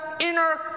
inner